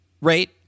rate